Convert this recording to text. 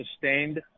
sustained